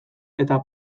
eta